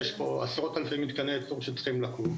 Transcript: יש פה עשרות אלפי מתקני ייצור שצריכים לקום,